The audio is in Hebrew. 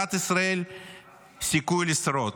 ולכלכלת ישראל סיכוי לשרוד.